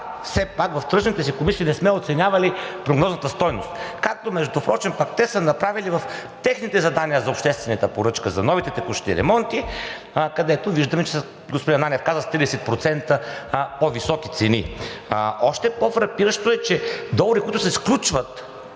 все пак в тръжните си комисии не сме оценявали прогнозната стойност. Както впрочем пък те са направили в техните задания за обществената поръчка за новите текущи ремонти, където виждаме, че господин Ананиев каза с 30% по-високи цени. Още по-фрапиращо е, че договори, които се сключват